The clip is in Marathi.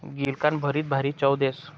गिलकानं भरीत भारी चव देस